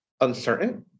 uncertain